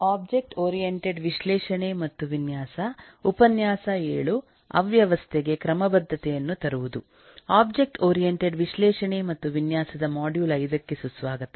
object oriented ವಿಶ್ಲೇಷಣೆ ಮತ್ತು ವಿನ್ಯಾಸದ ಮಾಡ್ಯೂಲ್ 5 ಗೆ ಸುಸ್ವಾಗತ